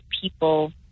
people